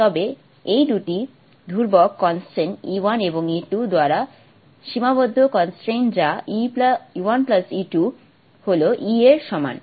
তবে এই দুটি ধ্রুবক E 1 এবং E 2 দ্বারা সীমাবদ্ধ যা E 1 E 2 হল E এর সমান